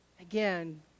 again